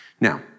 Now